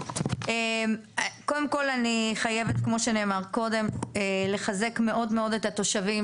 קודם כול אני חייבת לחזק מאוד את התושבים